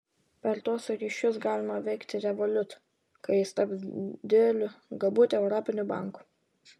per tuos ryšius galima veikti revolut kai jis taps dideliu galbūt europiniu banku